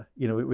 you know,